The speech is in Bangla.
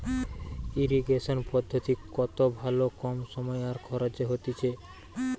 ইরিগেশন পদ্ধতি কত ভালো কম সময় আর খরচে হতিছে